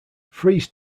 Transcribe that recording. freeze